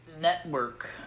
Network